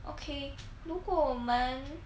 okay 如果我们